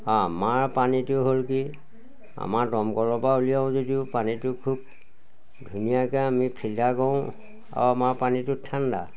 আমাৰ পানীটো হ'ল কি আমাৰ দমকলৰপৰা উলিয়াও যদিও পানীটো খুব ধুনীয়াকৈ আমি ফিল্টাৰ কৰোঁ আৰু আমাৰ পানীটো ঠাণ্ডা